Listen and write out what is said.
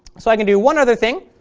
so i can do one other thing.